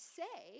say